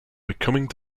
becoming